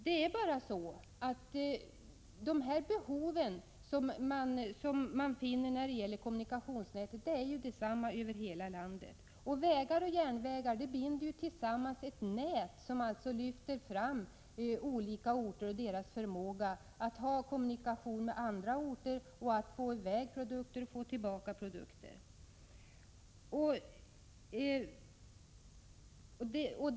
Det är bara så att de behov som man finner när det gäller kommunikationsnätet är desamma över hela landet. Vägar och järnvägar binder tillsammans ett nät som lyfter fram olika orters förmåga till kommunikation med andra orter och ger dem möjlighet att få i väg produkter och att få tillbaka andra produkter.